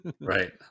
Right